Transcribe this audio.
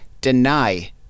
deny